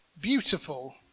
beautiful